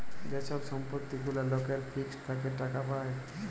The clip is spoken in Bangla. যে ছব সম্পত্তি গুলা লকের ফিক্সড থ্যাকে টাকা পায়